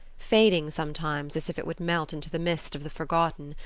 fading sometimes as if it would melt into the mist of the forgotten,